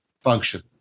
function